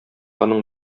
аның